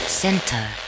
center